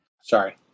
Sorry